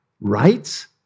Rights